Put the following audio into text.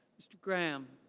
mr. brame.